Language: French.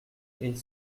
est